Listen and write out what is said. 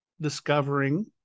discovering